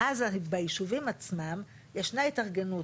ואז ביישובים עצמם ישנה התארגנות,